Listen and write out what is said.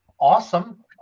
Awesome